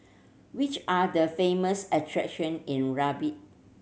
which are the famous attraction in Rabat